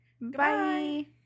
Bye